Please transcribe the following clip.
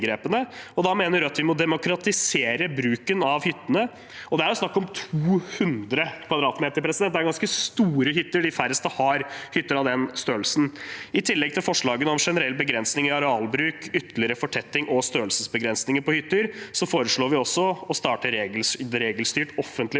da mener Rødt vi må demokratisere bruken av hyttene. Det er snakk om 200 m[2], det er ganske store hytter. De færreste har hytter av den størrelsen. I tillegg til forslagene om generell begrensning i arealbruk, ytterligere fortetting og størrelsesbegrensninger på hytter foreslår vi også å starte regelstyrt offentlig oppkjøp